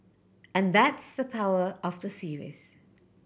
and that's the power of the series